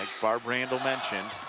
barbara randall mentioned,